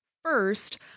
First